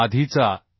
आधीचा एक